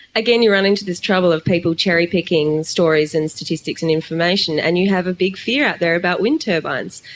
again you run into this trouble of people cherry picking stories and statistics and information and you have a big fear out there about wind turbines.